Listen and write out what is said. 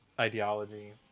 ideology